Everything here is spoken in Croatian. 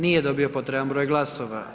Nije dobio potreban broj glasova.